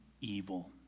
evil